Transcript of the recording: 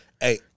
hey